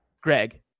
Greg